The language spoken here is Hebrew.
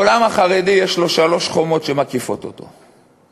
לעולם החרדי יש שלוש חומות שמקיפות אותו,